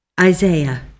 Isaiah